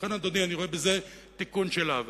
לכן, אדוני, אני רואה בזה תיקון של עוול.